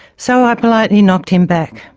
so, i politely knocked him back.